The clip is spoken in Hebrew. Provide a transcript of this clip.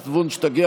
47, נגד,